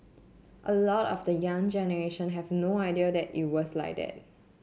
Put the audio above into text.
a lot of the young generation have no idea that it was like that